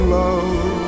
love